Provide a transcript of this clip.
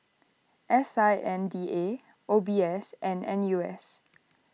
S I N D A O B S and N U S